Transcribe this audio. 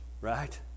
Right